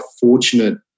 fortunate